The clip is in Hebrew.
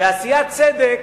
עשיית צדק,